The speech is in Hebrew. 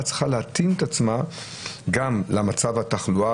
צריכה להתאים את עצמה למצב התחלואה,